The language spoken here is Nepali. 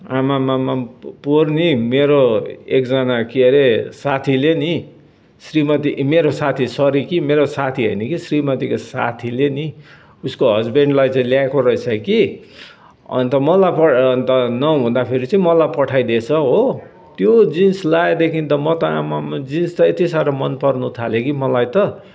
आम्मामाम पोहोर नि मेरो एकजना के अरे साथीले नि श्रीमती मेरो साथी सरी कि मेरो साथी होइन कि श्रीमतीको साथीले नि उसको हस्बेन्डलाई चाहिँ ल्याएको रहेछ कि अन्त मलाई प अन्त नहुँदाखेरि चाहिँ मलाई पठाइदिएछ हो त्यो जिन्स लगाएदेखि त म त आम्माम जिन्स त यति साह्रो मनपर्न थाल्यो कि मलाई त